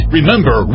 Remember